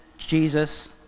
Jesus